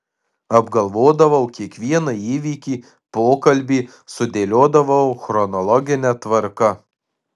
apgalvodavau kiekvieną įvykį pokalbį sudėliodavau chronologine tvarka